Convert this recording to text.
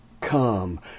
come